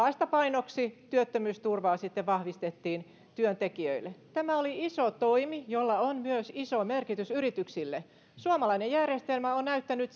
vastapainoksi työttömyysturvaa sitten vahvistettiin työntekijöille tämä oli iso toimi jolla on myös iso merkitys yrityksille suomalainen järjestelmä on näyttänyt